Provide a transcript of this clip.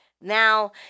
Now